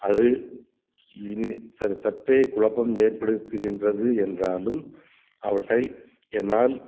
அது இது ச சற்றே குழப்பம் ஏற்படுத்துகின்றது என்றாலும் அவற்றை என்னால்